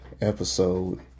episode